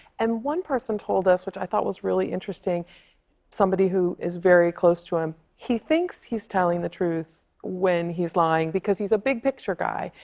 and one person told us, which i thought was really interesting somebody who is very close to him he thinks he's telling the truth when he's lying because he's a big-picture guy.